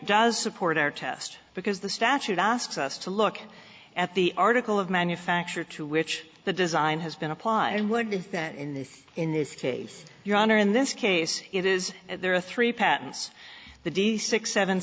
does support our test because the statute asks us to look at the article of manufacture to which the design has been applied and would be that in the in this case your honor in this case it is there are three patents the d six seven